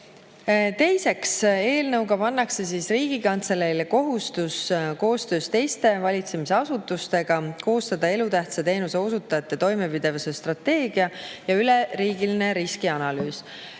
Teiseks, eelnõuga pannakse Riigikantseleile kohustus koostöös teiste valitsemisasutustega koostada elutähtsa teenuse osutajate toimepidevuse strateegia ja üleriigiline riskianalüüs.